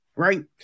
Right